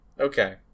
Okay